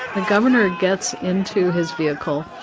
the governor gets into his vehicle.